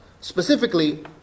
specifically